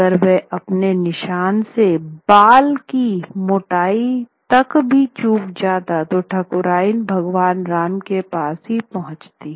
अगर वह अपने निशान से बाल की मोटाई तक भी चूक जाता तो ठकुराइन भगवान् राम क पास ही पहुँचती